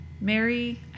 mary